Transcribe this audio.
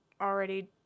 already